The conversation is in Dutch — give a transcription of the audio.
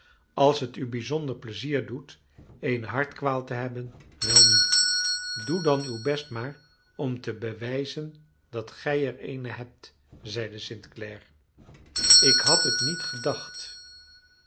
als het u bijzonder pleizier doet eene hartkwaal te hebben welnu doe dan uw best maar om te bewijzen dat gij er eene hebt zeide st clare ik had het niet gedacht